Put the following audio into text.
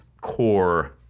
core